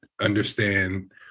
understand